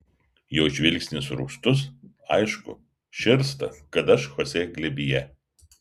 jo žvilgsnis rūstus aišku širsta kad aš chosė glėbyje